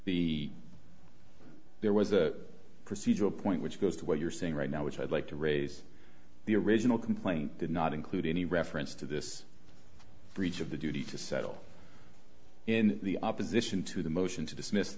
the there was a procedural point which goes to what you're saying right now which i'd like to raise the original complaint did not include any reference to this breach of the duty to settle in the opposition to the motion to dismiss